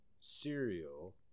cereal